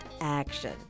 action